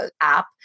app